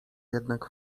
jednak